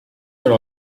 are